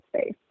space